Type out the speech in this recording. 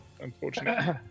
Unfortunately